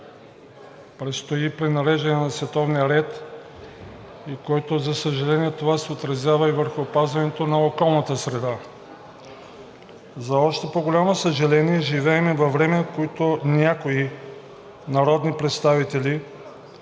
предстои пренареждане на световния ред и в което, за съжаление, това се отразява върху опазването на околната среда. За още по-голямо съжаление, живеем във време, в което някои народни представители,